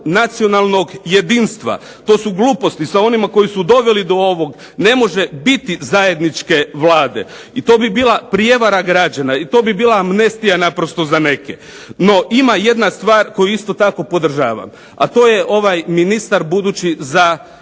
nacionalnog jedinstva. To su gluposti, sa onima koji su doveli do ovog ne može biti zajedničke vlade. I to bi bila prijevara građana, i to bi bila amnestija naprosto za neke. No ima jedna stvar koju isto tako podržavam, a to je ovaj ministar budući za